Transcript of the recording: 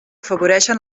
afavoreixen